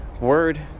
word